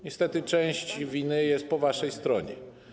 Niestety część winy jest po waszej stronie.